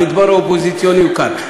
המדבר האופוזיציוני הוא כאן.